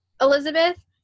Elizabeth